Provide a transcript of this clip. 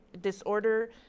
disorder